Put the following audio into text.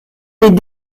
les